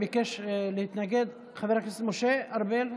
ביקש להתנגד חבר הכנסת משה ארבל.